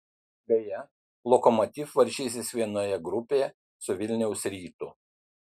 beje lokomotiv varžysis vienoje grupėje su vilniaus rytu